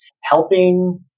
helping